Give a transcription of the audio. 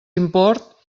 import